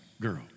girl